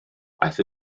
aeth